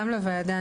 גם לוועדה.